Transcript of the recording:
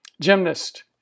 gymnast